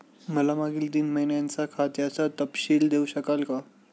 मला मागील तीन महिन्यांचा खात्याचा तपशील देऊ शकाल का?